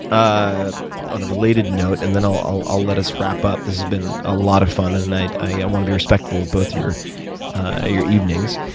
ah on a related note, and then i'll let us wrap up. this has been a lot of fun and i wanna be respectful of both your your evenings.